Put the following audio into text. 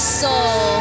soul